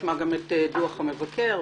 מאוד מקצועי בנושא רישום בתעודת זהות,